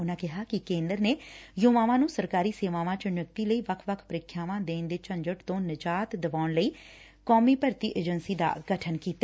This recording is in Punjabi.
ਉਨੂਾਂ ਕਿਹਾ ਕਿ ਕੇਂਦਰ ਨੇ ਯੁਵਾਵਾਂ ਨੂੰ ਸਰਕਾਰੀ ਸੇਵਾਵਾਂ ਚ ਨਿਯੁਕਤੀ ਲਈ ਵੱਖ ਵੱਖ ਪ੍ਰੀਖਿਆਵਾਂ ਦੇਣ ਦੇ ਝੰਜਟ ਤੋਂ ਨਿਜਾਤ ਦਵਾਉਣ ਲਈ ਰਾਸਟਰੀ ਭਰਤੀ ਏਜੰਸੀ ਦਾ ਗਠਨ ਕੀਤਾ